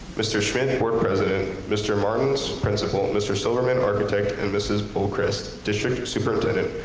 mr. schmidtworth, president, mr. martins, principal, mr. suleiman, architect and mrs. bolecrist, district superintendent,